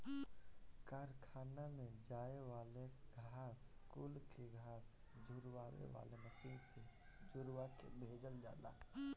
कारखाना में जाए वाली घास कुल के घास झुरवावे वाली मशीन से झुरवा के भेजल जाला